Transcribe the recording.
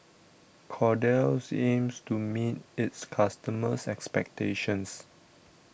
Kordel's aims to meet its customers' expectations